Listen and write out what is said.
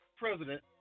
president